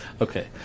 Okay